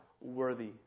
worthy